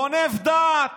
גונב דעת